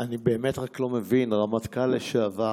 אני באמת רק לא מבין: רמטכ"ל לשעבר